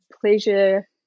pleasure